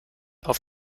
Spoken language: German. auf